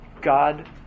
God